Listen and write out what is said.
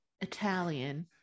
Italian